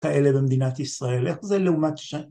‫כאלה במדינת ישראל. ‫איך זה לעומת ש...